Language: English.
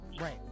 right